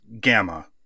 gamma